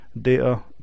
data